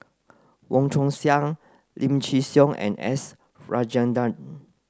Wong Chong Sai Lim Chin Siong and S Rajendran